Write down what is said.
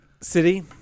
City